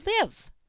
live